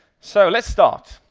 so, let's start.